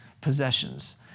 possessions